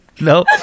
no